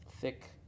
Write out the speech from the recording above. thick